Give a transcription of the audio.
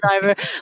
driver